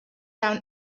down